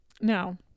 Now